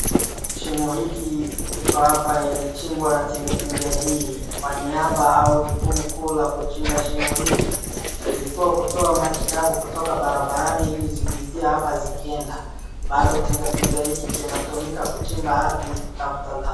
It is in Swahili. Shimo hiki iko hapa ilichimbwa na tingatinga hii kwa niaba au jukumu kuu la kuchimba shimo hiki, lilikuwa kutoa maji chafu kutoka barabarani ili zipitie hapa zikienda. Bado tingatinga hiki kinatumika kuchimba ardhi kutafuta dhahabu.